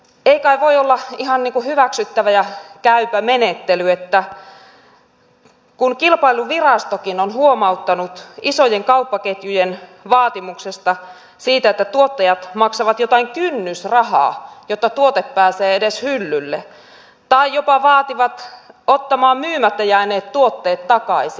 ei kai voi olla ihan hyväksyttävä ja käypä menettely kun kilpailuvirastokin on siitä huomauttanut isojen kauppaketjujen vaatimus siitä että tuottajat maksavat jotain kynnysrahaa jotta tuote pääsee edes hyllylle tai jopa vaatimus että otetaan myymättä jääneet tuotteet takaisin